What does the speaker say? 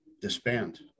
disband